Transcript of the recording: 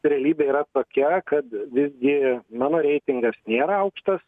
realybė yra tokia kad visgi mano reitingas nėra aukštas